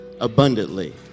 abundantly